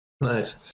Nice